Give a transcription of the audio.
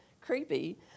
creepy